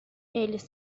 eles